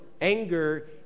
anger